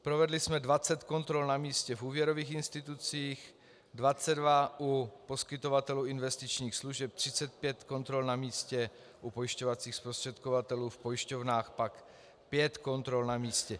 Provedli jsme 20 kontrol na místě v úvěrových institucích, 22 u poskytovatelů investičních služeb, 35 kontrol na místě u pojišťovacích zprostředkovatelů, v pojišťovnách pak 5 kontrol na místě.